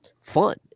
fun